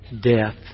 death